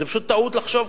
זאת פשוט טעות לחשוב כך.